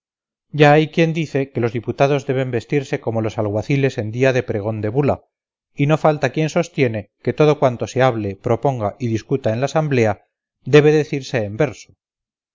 ya hay quien dice que los diputados deben vestirse como los alguaciles en día de pregón de bula y no falta quien sostiene que todo cuanto se hable proponga y discuta en la asamblea debe decirse en verso